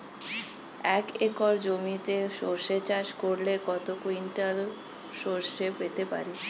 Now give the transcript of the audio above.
এক একর জমিতে সর্ষে চাষ করলে কত কুইন্টাল সরষে পেতে পারি?